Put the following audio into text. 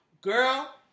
girl